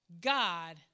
God